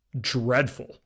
dreadful